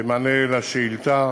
במענה על שאילתה